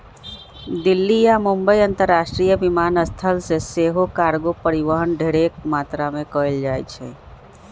दिल्ली आऽ मुंबई अंतरराष्ट्रीय विमानस्थल से सेहो कार्गो परिवहन ढेरेक मात्रा में कएल जाइ छइ